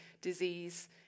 disease